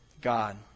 God